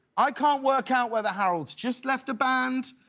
i can't work out with a harold. just left a band